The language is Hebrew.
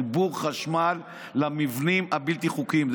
חיבור חשמל למבנים הבלתי-חוקיים.